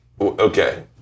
Okay